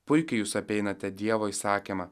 puikiai jūs apeinate dievo įsakymą